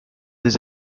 des